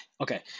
Okay